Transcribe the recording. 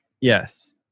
yes